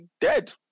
dead